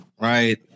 Right